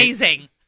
amazing